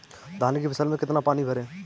धान की फसल में कितना पानी भरें?